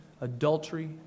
adultery